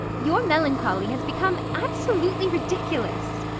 your melancholy has become absolutely ridiculous!